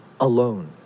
alone